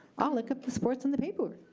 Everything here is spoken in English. i'll look up the sports in the paper.